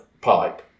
pipe